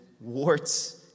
warts